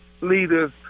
leaders